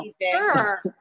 sure